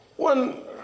one